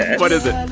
what is it?